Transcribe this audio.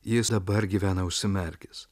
jis dabar gyvena užsimerkęs